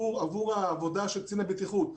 עבור העבודה של קצין הבטיחות,